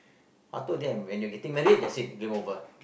I thought they are married I think married that's it game over